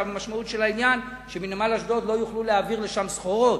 והמשמעות של העניין היא שמנמל אשדוד לא יוכלו להעביר לשם סחורות.